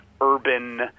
urban